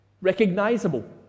Recognizable